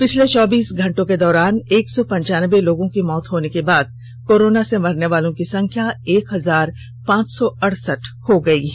पिछले चौबीस घंटों के दौरान एक सौ पचानबे लोगों की मौत होने के बाद कोरोना से मरने वालों की संख्या एक हजार पांच सौ अड़सठ हो गई है